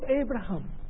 Abraham